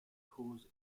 cause